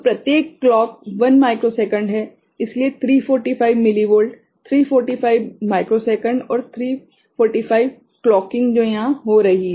तो प्रत्येक clock 1 microsecond है इसलिए 345 मिलीवॉल्ट 345 माइक्रोसेकंड और 345 क्लॉकिंग जो यहाँ हो रही है